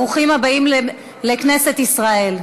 ברוכים הבאים לכנסת ישראל.